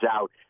out